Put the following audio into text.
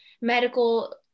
medical